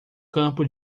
campo